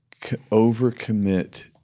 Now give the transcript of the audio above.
overcommit